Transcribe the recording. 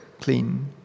clean